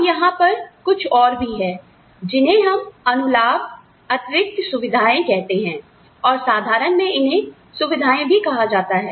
अब यहां पर कुछ और भी है जिन्हें हम अनुलाभअतिरित सुविधाएँ कहते हैं और साधारण में इन्हें सुविधाएँ भी कहा जाता है